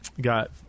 got